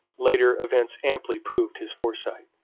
later events amply proved his foresight.